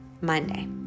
Monday